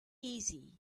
easy